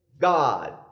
God